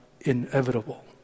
inevitable